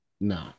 no